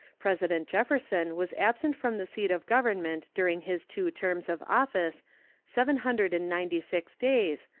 president jefferson was absent from the seat of government during his two terms of office seven hundred and ninety-six days,